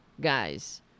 guys